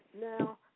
Now